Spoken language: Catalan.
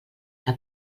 que